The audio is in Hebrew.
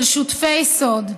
של שותפי סוד.